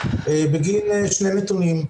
בגין שני נתונים.